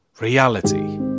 reality